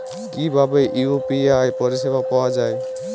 কিভাবে ইউ.পি.আই পরিসেবা পাওয়া য়ায়?